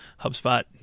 HubSpot